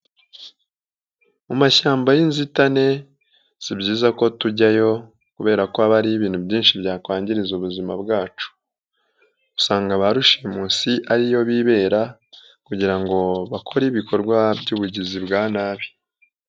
Mu mashyamba y'inzitane si byiza ko tujyayo kubera ko aba ari ibintu byinshi byakwangiza ubuzima bwacu. Usanga barushimusi ariyo bibera kugira ngo bakore ibikorwa by'ubugizi bwa nabi.